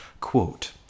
quote